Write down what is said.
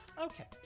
Okay